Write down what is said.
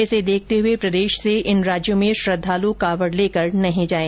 इसे देखते हुए प्रदेश से इन राज्यों में श्रद्वालु कावड़ लेकर नहीं जाएं